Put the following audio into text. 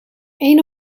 een